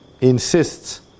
insists